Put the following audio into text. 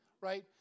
Right